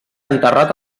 enterrat